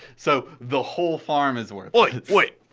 so the whole farm is worthless. oy! wait.